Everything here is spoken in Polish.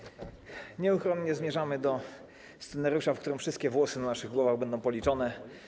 Nieuchronnie zmierzamy do scenariusza, w którym wszystkie włosy na naszych głowach będą policzone.